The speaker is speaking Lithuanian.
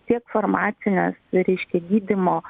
tiek farmacines reiškia gydymo